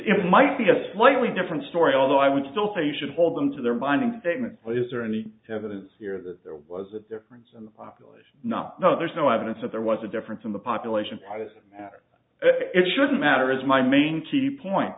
it might be a slightly different story although i would still say you should hold them to their binding statements is there any evidence here that there was a difference in the population not the there's no evidence that there was a difference in the population as a matter it shouldn't matter as my main key point